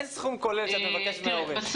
אין סכום כולל שאת מבקשת מההורים.